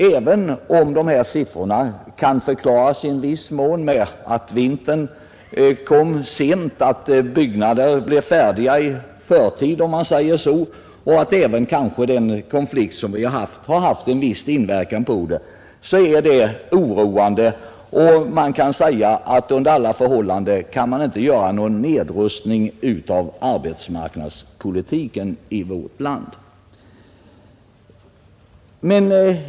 Även om dessa siffror i viss mån kan förklaras med att vintern kom sent, att byggnader blev färdiga så att säga i förtid och att även den inträffade arbetsmarknadskonflikten haft en viss inverkan är situationen oroande. Under alla förhållanden kan inte någon nedrustning göras av arbetsmarknadspolitiken i vårt land.